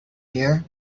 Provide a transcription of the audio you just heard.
here